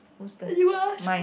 whose turn mine